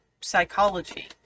psychology